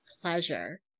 pleasure